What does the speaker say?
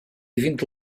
vinte